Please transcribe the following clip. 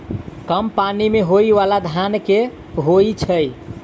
कम पानि मे होइ बाला धान केँ होइ छैय?